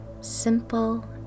simple